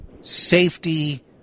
safety